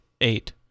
eight